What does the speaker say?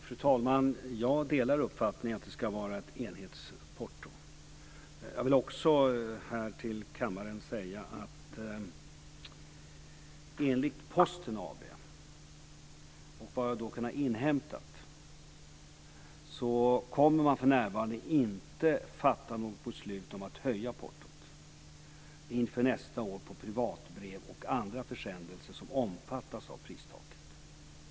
Fru talman! Jag delar uppfattningen att det ska vara ett enhetsporto. Jag vill också till kammaren säga att man, enligt Posten AB och vad jag har kunnat inhämta, för närvarande inte kommer att fatta något beslut om att höja portot inför nästa år på privatbrev och andra försändelser som omfattas av pristaket.